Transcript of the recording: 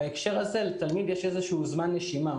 ככה יש לתלמיד זמן נשימה.